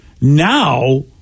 now